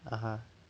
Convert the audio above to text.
(uh huh)